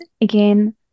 again